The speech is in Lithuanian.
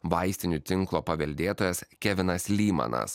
vaistinių tinklo paveldėtojas kelvinas lymanas